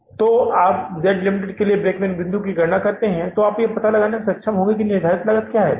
इसलिए यदि आप जेड लिमिटेड के लिए ब्रेक ईवन बिंदु की गणना करते हैं तो आप यह पता लगाने में सक्षम होंगे कि यहां निर्धारित लागत क्या है